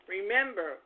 Remember